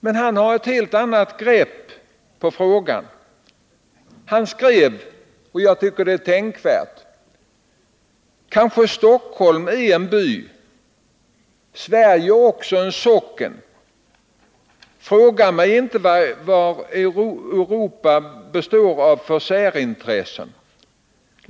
Men han hade ett helt annat grepp på frågan. Han skrev: ”Kanske Stockholm också är en by, Sverige också en socken. Fråga mig inte vad Europa består av för särintressen.